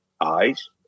eyes